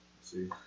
See